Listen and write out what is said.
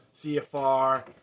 CFR